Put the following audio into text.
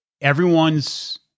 everyone's